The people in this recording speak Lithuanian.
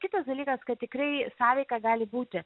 kitas dalykas kad tikrai sąveika gali būti